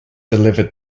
delivered